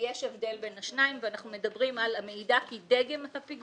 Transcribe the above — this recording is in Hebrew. ויש הבדל בין השניים אז אנחנו מציעים : "המעידה כי דגם הפיגום